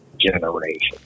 generation